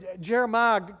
Jeremiah